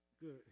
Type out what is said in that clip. Good